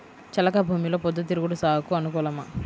చెలక భూమిలో పొద్దు తిరుగుడు సాగుకు అనుకూలమా?